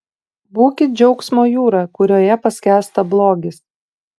būkit džiaugsmo jūra kurioje paskęsta blogis